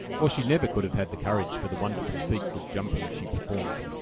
or she never could have had the courage for the wonderful feats of jumping she performed.